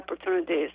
opportunities